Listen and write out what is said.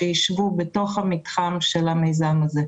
שישבו בתוך המתחם של המיזם הזה.